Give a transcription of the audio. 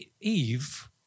Eve